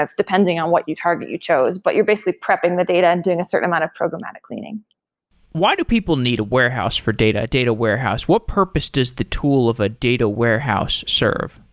depending on what you target, you chose, but you're basically prepping the data and doing a certain amount of programmatic cleaning why do people need a warehouse for data, a data warehouse? what purpose does the tool of a data warehouse serve?